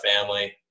family